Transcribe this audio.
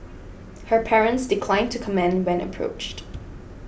her parents declined to comment when approached